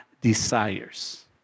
desires